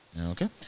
Okay